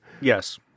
Yes